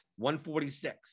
146